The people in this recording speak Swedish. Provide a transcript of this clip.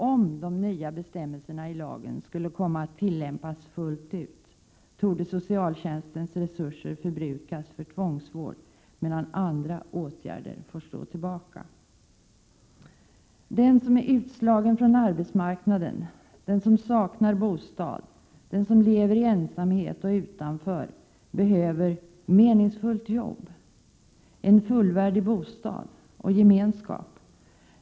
Om de nya bestämmelserna i lagen skulle komma att tillämpas fullt ut, torde socialtjänstens resurser förbrukas för tvångsvård medan andra åtgärder får stå tillbaka. Den som är utslagen från arbetsmarknaden, den som saknar bostad, den som lever i ensamhet och utanför behöver meningsfullt jobb, en fullvärdig bostad och gemenskap.